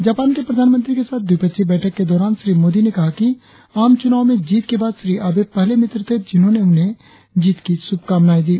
Japan के प्रधानमंत्री के साथ द्विपक्षीय बैठक के दौरान श्री मोदी ने कहा कि आम चूनाव में जीत के बाद श्री आबे पहले मित्र थे जिन्होंने उन्हें जीत की शुभकामनाएं दी